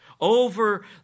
over